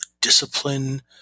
Discipline